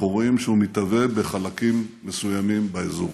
אנחנו רואים שהוא מתהווה בחלקים מסוימים באזור.